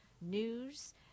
news